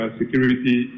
security